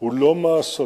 הוא לא מהשדות